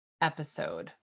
episode